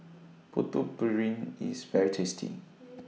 Putu Piring IS very tasty